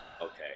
Okay